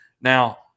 Now